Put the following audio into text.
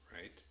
right